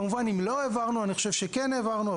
כמובן שאם לא העברנו אני חושב שכן העברנו,